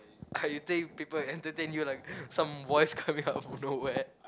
I think people will entertain you like some voice coming out from nowhere